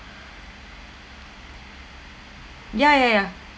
ya ya ya